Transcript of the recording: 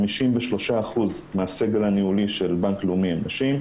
53% מהסגל הניהולי של בנק לאומי הן נשים.